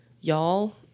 y'all